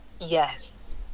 Yes